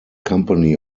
company